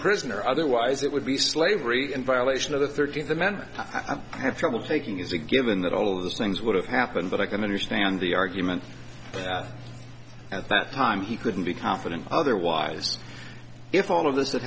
prisoner otherwise it would be slavery in violation of the thirteenth amendment i'd have trouble taking is a given that all of those things would have happened but i can understand the argument at that time he couldn't be confident otherwise if all of this tha